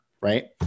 right